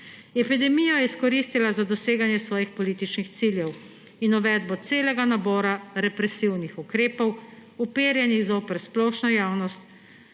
Epidemijo je izkoristila za doseganje svojih političnih ciljev in uvedbo celega nabora represivnih ukrepov, uperjenih zoper splošno javnost,